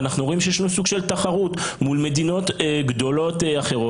ואנחנו רואים שיש לנו סוג של תחרות מול מדינות גדולות אחרות,